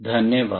धन्यवाद